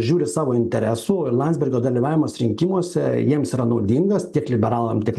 žiūri savo interesų ir landsbergio dalyvavimas rinkimuose jiems yra naudingas tiek liberalam tiek